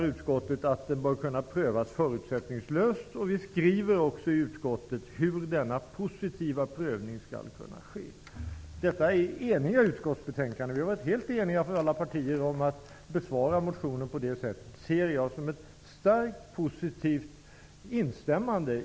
Om jag hade suttit här på den tiden är jag övertygad om att detta hade varit en av de frågor som jag redan då skulle ha tagit upp.